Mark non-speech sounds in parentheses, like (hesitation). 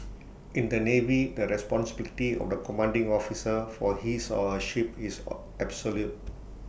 in the navy the responsibility of the commanding officer for his or her ship is (hesitation) absolute